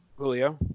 Julio